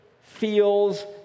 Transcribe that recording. feels